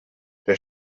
der